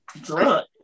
drunk